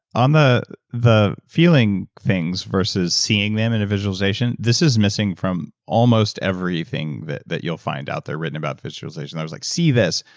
on the the feeling things versus seeing them in a visualization, this is missing from almost everything thing that you'll find out there written about visualization. i was like see this,